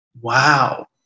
Wow